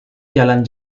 jalan